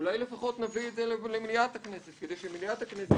אולי לפחות נביא את זה למליאת הכנסת כדי שמליאת הכנסת